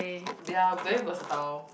they're very versatile